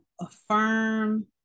affirm